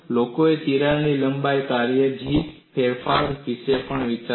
લોકોએ તિરાડ લંબાઈના કાર્ય તરીકે જી ફેરફારો વિશે પણ વિચાર્યું